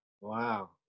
Wow